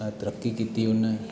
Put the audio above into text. तरक्की कीती उने